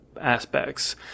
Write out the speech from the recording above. aspects